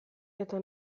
eta